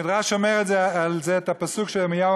המדרש אומר על זה את הפסוק של ירמיהו